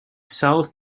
south